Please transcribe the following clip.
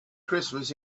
christmas